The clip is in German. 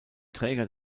träger